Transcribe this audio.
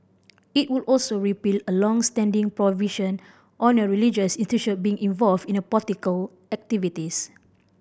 it would also repeal a long standing prohibition on a religious institution being involved in a political activities